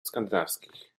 skandynawskich